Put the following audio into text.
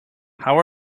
how